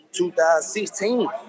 2016